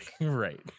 right